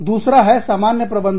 दूसरा है सामान्य प्रबंधन